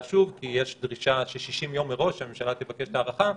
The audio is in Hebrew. שוב כי יש דרישה ש-60 יום מראש הממשלה תבקש את ההארכה,